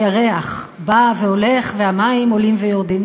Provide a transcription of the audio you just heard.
הירח בא והולך והמים עולים ויורדים.